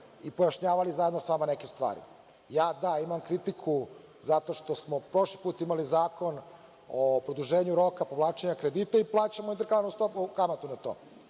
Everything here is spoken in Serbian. i pojašnjavali zajedno sa vama neke stvari. Da, ja imam kritiku zato što smo prošli put imali Zakon o produženju roka povlačenja kredita i plaćamo ovde kamatu na to,